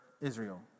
Israel